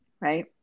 Right